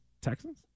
Texans